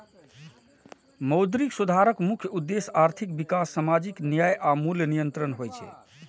मौद्रिक सुधारक मुख्य उद्देश्य आर्थिक विकास, सामाजिक न्याय आ मूल्य नियंत्रण होइ छै